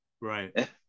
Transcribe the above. Right